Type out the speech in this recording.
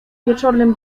wieczornym